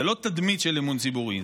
זה לא תדמית של אמון ציבורי,